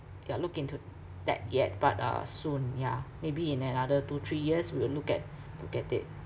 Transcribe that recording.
ya look into that yet but uh soon ya maybe in another two three years we'll look at look at it